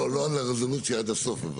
לא על הרזולוציה עד הסוף.